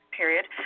period